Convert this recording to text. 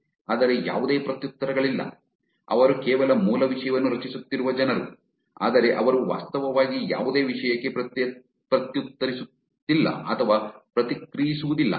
ಆದರೆ ಯಾವುದೇ ಪ್ರತ್ಯುತ್ತರಗಳಿಲ್ಲ ಅವರು ಕೇವಲ ಮೂಲ ವಿಷಯವನ್ನು ರಚಿಸುತ್ತಿರುವ ಜನರು ಆದರೆ ಅವರು ವಾಸ್ತವವಾಗಿ ಯಾವುದೇ ವಿಷಯಕ್ಕೆ ಪ್ರತ್ಯುತ್ತರಿಸುವುದಿಲ್ಲ ಅಥವಾ ಪ್ರತಿಕ್ರಿಯಿಸುವುದಿಲ್ಲ